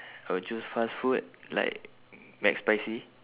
I will choose fast food like mcspicy